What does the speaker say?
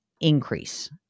increase